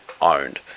owned